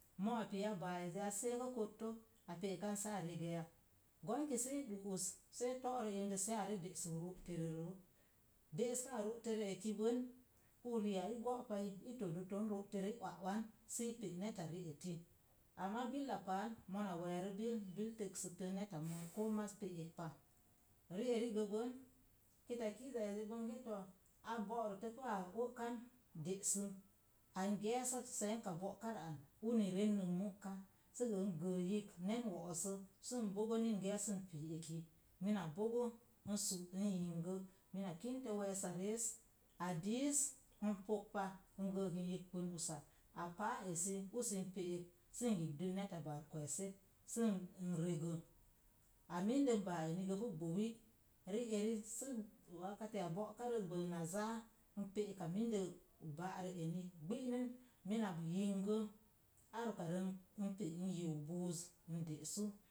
Mo'a pii a baa ezi a seeko kotto, a pe'ek an saa rezə ya. Gwanki sii ɗu'us see to'rə ində sei are del sək ro'terəroo, de'eskaa ro'terə eni bən uri al go'pai i todə ton ro’ terə, i uwa'uwan sii pe’ neta ri'eti. Amaa bulla paal, mora weerə bil, bil təksək tən neta moot koo maz pe'ek pa. ri'eri gəbən kitakiiza ezi bonge too, a bo'rəpu a o'kan desəm, an gee sa seenkat bo'ka rə an uni rennən mu'ka, sə gə in gəə yibk nen wo'os sə sən bogə ni n geesən pii eki. Mina bogə n su’ n yingo muna kintə wees sa rees, a diis, n pokpa, n gəək in yigbən usa, a paa esi usi n pe'ek sən yibdən neta baar kweeset, sən regə. A mində n baa eni gə pu gbowi. Ri'eri sə wakkatiya bo'karəz bəl na zaa, n pe'ek a mində ba'rə eni, gbi'nən, mina yingə, ar ukarə n pe n yiu buuz n desu.